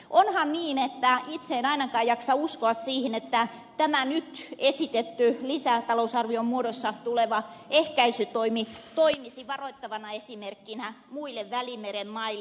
onhan niin että itse en ainakaan jaksa uskoa siihen että tämä nyt esitetty lisätalousarvion muodossa tuleva ehkäisytoimi toimisi varoittavana esimerkkinä muille välimeren maille